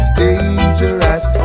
dangerous